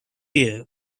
year